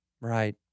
Right